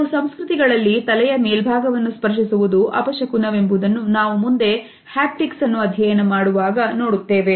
ಕೆಲವು ಸಂಸ್ಕೃತಿಗಳಲ್ಲಿ ತಲೆಯ ಮೇಲ್ಭಾಗವನ್ನು ಸ್ಪರ್ಶಿಸುವುದು ಅಪಶಕುನ ವೆಂಬುದನ್ನು ನಾವು ಮುಂದೆ ಹ್ಯಾಪ್ಟಿಕ್ಸ್ ಅನ್ನು ಅಧ್ಯಯನ ಮಾಡುವಾಗ ನೋಡುತ್ತೇವೆ